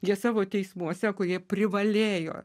jie savo teismuose kurie privalėjo